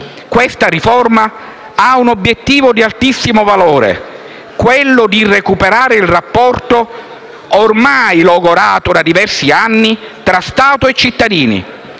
Questa riforma ha un obiettivo di altissimo valore: recuperare il rapporto, ormai logorato da diversi anni, tra Stato e cittadini;